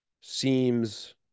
seems